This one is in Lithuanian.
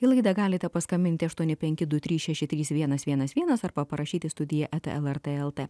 į laidą galite paskambinti aštuoni penki du trys šeši trys vienas vienas vienas arba parašyti studija eta lrt lt